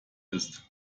ist